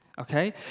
okay